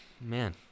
man